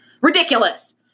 Ridiculous